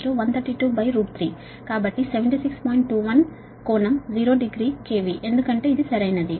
21 కోణం 0 డిగ్రీలు KV ఎందుకంటే ఇది సరైనది